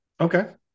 Okay